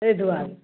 ताहि दुआरे